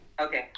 Okay